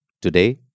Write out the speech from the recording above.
Today